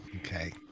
Okay